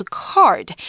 card